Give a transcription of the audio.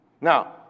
Now